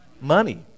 money